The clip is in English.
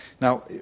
Now